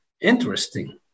interesting